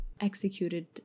executed